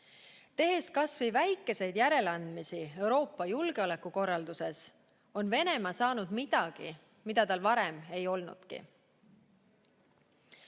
tehakse] kas või väikeseid järeleandmisi Euroopa julgeolekukorralduses, siis on Venemaa saanud midagi, mida tal varem ei olnudki.